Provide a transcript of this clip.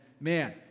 man